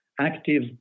active